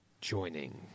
joining